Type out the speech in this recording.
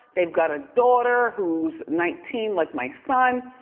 they've got a daughter who's nineteen like my son.